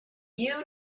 you